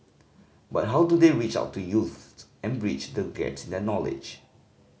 but how do they reach out to youths and bridge the gaps in their knowledge